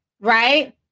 right